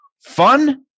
Fun